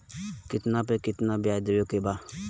कितना पे कितना व्याज देवे के बा?